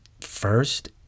first